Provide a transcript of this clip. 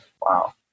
Wow